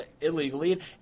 illegally